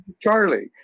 Charlie